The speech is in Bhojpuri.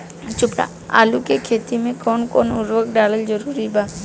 आलू के खेती मे कौन कौन उर्वरक डालल जरूरी बा?